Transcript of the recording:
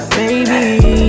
baby